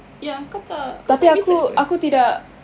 ya kau tak kau tak research ke